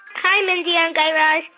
hi, mindy and guy raz.